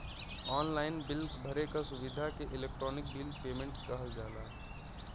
online bill भरे क सुविधा के इलेक्ट्रानिक बिल पेमेन्ट कहल जाला